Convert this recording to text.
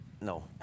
No